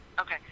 Okay